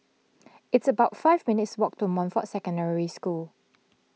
it's about five minutes' walk to Montfort Secondary School